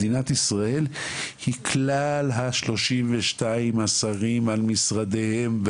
מדינת ישראל היא כלל 32 השרים על כלל משרדיהם.